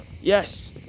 Yes